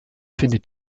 findet